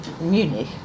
Munich